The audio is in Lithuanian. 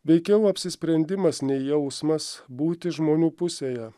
veikiau apsisprendimas nei jausmas būti žmonių pusėje